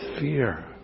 fear